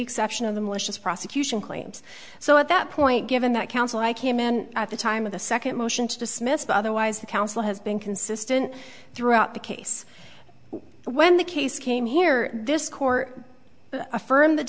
exception of the malicious prosecution claims so at that point given that counsel i came in at the time of the second motion to dismiss otherwise the counsel has been consistent throughout the case when the case came here this court